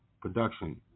production